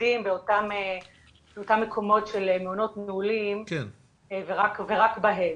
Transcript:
מתמקדים באותם מקומות של מעונות נעולים ורק בהם,